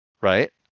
Right